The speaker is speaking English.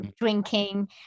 Drinking